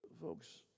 folks